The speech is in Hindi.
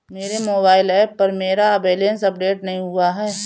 मेरे मोबाइल ऐप पर मेरा बैलेंस अपडेट नहीं हुआ है